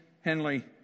Henley